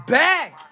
back